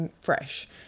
fresh